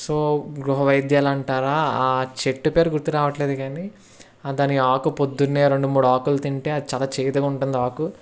so గృహవైద్యాల అంటారా ఆ చెట్టు పేరు గుర్తు రావట్లేదు కానీ దాని ఆకు పొద్దున్నే రెండు మూడు ఆకులు తింటే చాలా చేదుగా ఉంటుంది ఆ ఆకు